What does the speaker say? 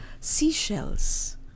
seashells